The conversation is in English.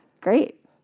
Great